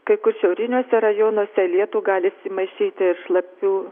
kai kur šiauriniuose rajonuose į lietų gali įsimaišyti ir šlapių